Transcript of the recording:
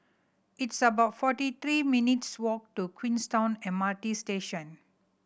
it's about forty three minutes' walk to Queenstown M R T Station